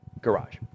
garage